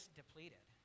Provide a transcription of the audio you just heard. depleted